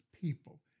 people